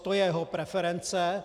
To je jeho preference.